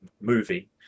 movie